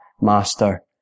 master